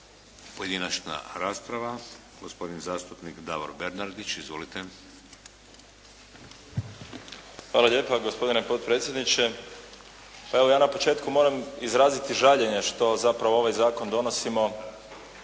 Pojedinačna rasprava. Gospodin zastupnik Davor Bernardić. Izvolite. **Bernardić, Davor (SDP)** Hvala lijepa gospodine potpredsjedniče. Pa evo ja na početku moram izraziti žaljenje što zapravo ovaj zakon donosimo